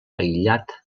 aïllat